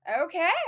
Okay